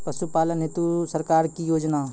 पशुपालन हेतु सरकार की योजना?